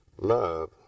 love